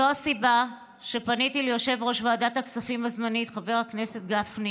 זו הסיבה שפניתי ליושב-ראש ועדת הכספים הזמנית חבר הכנסת גפני